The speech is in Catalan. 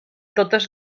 totes